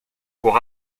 pour